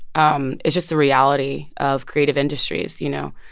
um it's just the reality of creative industries, you know?